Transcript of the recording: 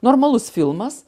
normalus filmas